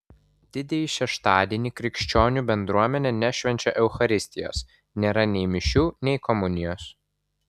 didįjį šeštadienį krikščionių bendruomenė nešvenčia eucharistijos nėra nei mišių nei komunijos